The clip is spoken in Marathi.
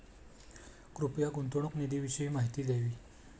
कृपया गुंतवणूक निधीविषयी माहिती द्यावी